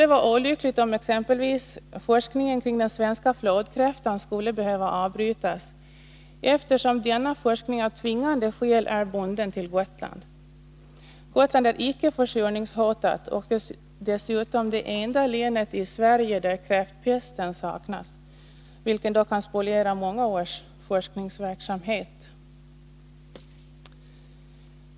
Det vore olyckligt om t.ex. forskningen om den svenska flodkräftan skulle behöva avbrytas, eftersom denna forskning av tvingande skäl är bunden till Gotland. Gotland är icke försurningshotat och är dessutom det enda län i Sverige som inte har drabbats av kräftpesten, som kan spoliera många års forskningsverksamhet.